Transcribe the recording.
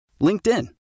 LinkedIn